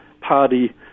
Party